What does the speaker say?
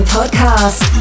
Podcast